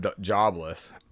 jobless